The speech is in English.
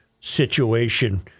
situation